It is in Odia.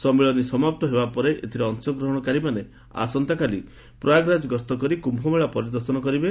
ସମ୍ମିଳନୀ ସମାପ୍ତ ହେବା ପରେ ଏଥିରେ ଅଂଶଗ୍ରହଣକାରୀମାନେ ଆସନ୍ତାକାଲି ପ୍ରୟାଗରାଜ ଗସ୍ତ କରି କ୍ୟୁମେଳା ପରିଦର୍ଶନ କରିବେ